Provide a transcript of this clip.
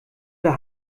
der